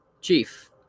Chief